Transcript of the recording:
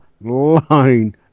line